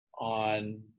on